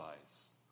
eyes